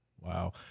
Wow